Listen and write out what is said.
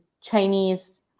Chinese